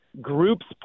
groups